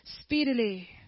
speedily